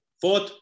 fourth